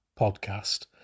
podcast